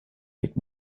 mit